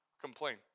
Complain